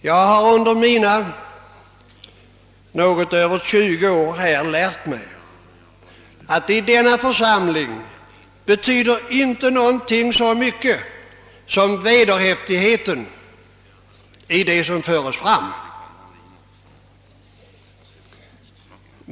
Jag har under mina något över tjugo år här lärt mig, att i denna församling betyder inte någonting så mycket som vederhäftighet i det som förs fram.